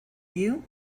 you